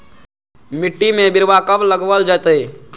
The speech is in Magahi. मिट्टी में बिरवा कब लगवल जयतई?